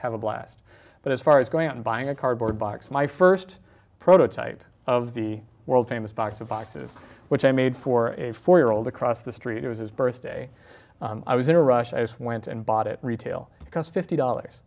have a blast but as far as going out and buying a cardboard box my first prototype of the world famous box of boxes which i made for a four year old across the street it was his birthday i was in a rush i just went and bought it retail because fifty dollars